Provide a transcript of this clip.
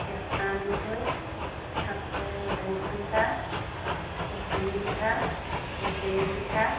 কেঁচা মিঠৈ আকৌ ধোপ পিঠা সুতুলি পিঠা টেকেলি পিঠা